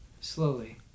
slowly